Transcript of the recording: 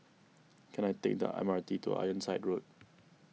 can I take the M R T to Ironside Road